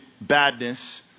badness